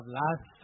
last